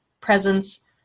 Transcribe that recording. presence